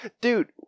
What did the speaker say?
dude